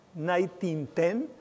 1910